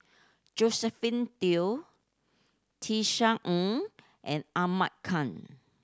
Josephine Teo Tisa Ng and Ahmad Khan